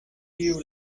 tiu